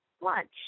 lunch